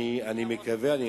אני מקווה.